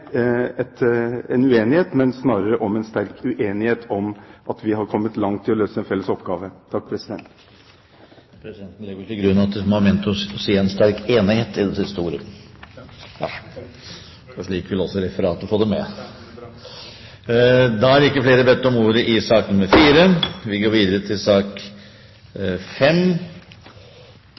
en uenighet, men snarere en sterk uenighet om at vi har kommet langt i å løse en felles oppgave. Presidenten legger til grunn at representanten hadde ment å si en sterk «enighet» i den siste setningen, slik at det blir med i referatet. Flere har ikke bedt om ordet til sak nr. 4. Etter ønske fra justiskomiteen vil presidenten foreslå at taletiden begrenses til